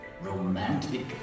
romantic